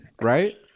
right